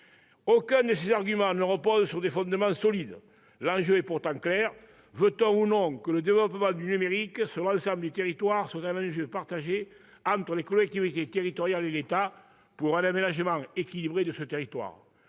Aucun des arguments exposés ne repose sur des fondements solides. L'enjeu est pourtant clair : veut-on ou non que le développement du numérique sur l'ensemble du territoire soit une ambition partagée entre les collectivités locales et l'État pour un aménagement équilibré du territoire,